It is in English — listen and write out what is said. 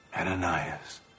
ananias